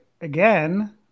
again